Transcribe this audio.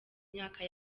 myaka